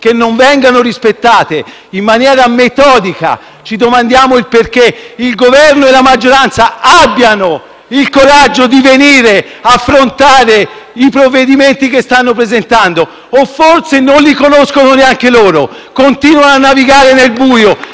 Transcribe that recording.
perché non vengano rispettate in maniera metodica. Il Governo e la maggioranza abbiano il coraggio di venire ad affrontare i provvedimenti che stanno presentando; o forse non li conoscono neanche loro, continuano a navigare nel buio,